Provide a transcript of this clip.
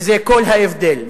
וזה כל ההבדל.